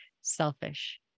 selfish